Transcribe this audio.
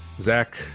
Zach